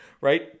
right